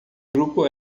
grupo